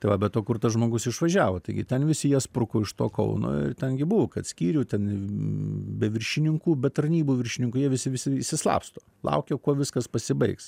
tai va bet o kur tas žmogus išvažiavo taigi ten visi jie spruko iš to kauno ir ten gi buvo kad skyrių ten be viršininkų bet tarnybų viršininkų jie visi visi išsislapsto laukia kuo viskas pasibaigs